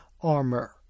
armor